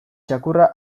txakurra